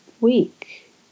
week